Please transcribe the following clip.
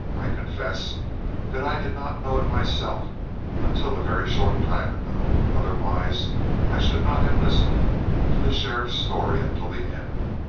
i confess that i did not know it myself until a very short time ago. otherwise i should not have listened to the sheriff's story until the end.